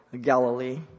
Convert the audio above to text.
Galilee